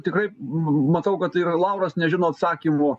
tikrai matau kad yra lauras nežino atsakymų